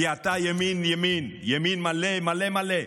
כי אתה ימין ימין, ימין מלא מלא מלא.